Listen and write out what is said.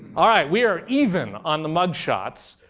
all right. we are even on the mug shots.